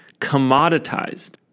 commoditized